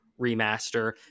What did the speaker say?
remaster